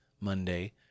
Monday